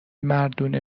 مردونه